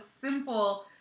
simple